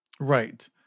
Right